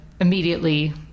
immediately